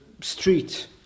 street